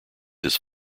his